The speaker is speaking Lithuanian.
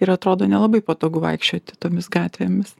ir atrodo nelabai patogu vaikščioti tomis gatvėmis